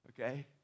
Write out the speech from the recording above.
Okay